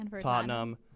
Tottenham